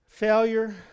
Failure